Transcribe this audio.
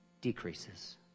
decreases